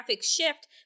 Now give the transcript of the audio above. shift